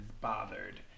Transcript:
bothered